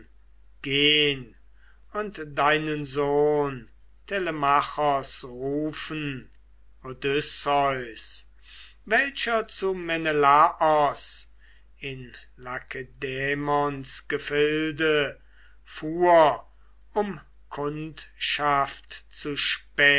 und deinen sohn telemachos rufen odysseus welcher zu menelaos in lakedaimons gefilde fuhr um kundschaft zu